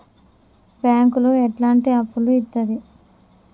బ్యాంకులు ఎట్లాంటి అప్పులు ఇత్తది?